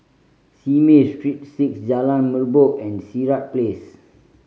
Simei Street Six Jalan Merbok and Sirat Place